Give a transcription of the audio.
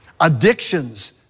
Addictions